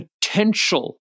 potential